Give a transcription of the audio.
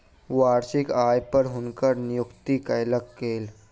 वार्षिक आय पर हुनकर नियुक्ति कयल गेल